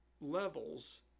levels